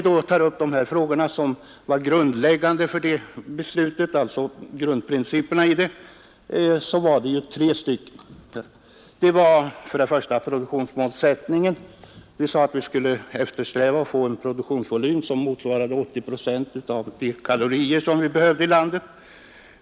De tre frågor som bildade grundprincipen i 1967 års jordbruksbeslut var följande: 1. Produktionsmålsättningen. Riksdagen beslutade att vi skulle eftersträva en produktionsvolym som motsvarade 80 procent av de näringskalorier vi behövde här i landet. 2.